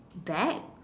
bag